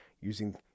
using